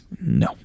No